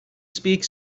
speak